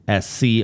SC